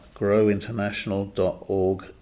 growinternational.org